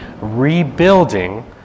rebuilding